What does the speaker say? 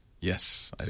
Yes